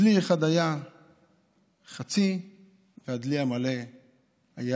דלי אחד היה חצי ודלי אחד היה מלא.